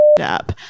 up